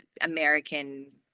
American